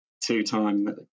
two-time